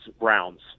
rounds